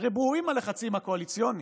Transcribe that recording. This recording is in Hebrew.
הרי ברורים הלחצים הקואליציוניים,